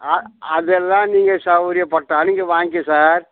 ஆ அதெல்லாம் நீங்கள் சௌகரியப்பட்டா நீங்கள் வாய்ங்க்க சார்